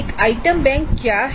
एक item bank क्या है